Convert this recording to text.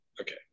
Okay